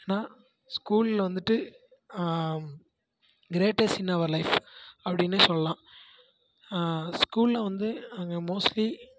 ஏன்னால் ஸ்கூலில் வந்துட்டு க்ரேடஸ்ட் இன் அவர் லைஃப் அப்படின்னே சொல்லலாம் ஸ்கூலில் வந்து அங்கே மோஸ்ட்லி